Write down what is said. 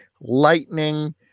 lightning